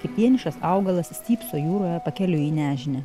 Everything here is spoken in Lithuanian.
kaip vienišas augalas stypso jūroje pakeliui į nežinią